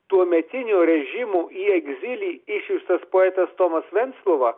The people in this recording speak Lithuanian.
tuometinio režimo į egzilį išsiųstas poetas tomas venclova